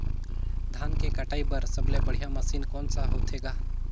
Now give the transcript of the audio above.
धान के कटाई बर सबले बढ़िया मशीन कोन सा होथे ग?